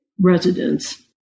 residents